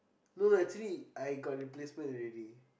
no no actually I got replacement already